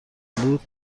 بود